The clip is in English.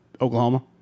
Oklahoma